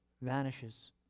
vanishes